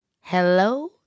Hello